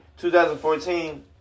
2014